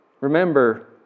Remember